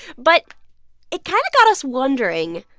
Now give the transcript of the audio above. but it kind of got us wondering,